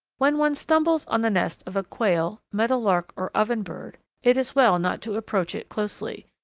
when one stumbles on the nest of a quail, meadowlark, or oven-bird, it is well not to approach it closely,